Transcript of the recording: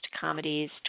comedies